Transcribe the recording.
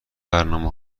برنامه